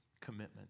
commitment